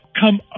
Come